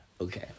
Okay